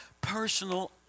personal